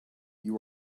you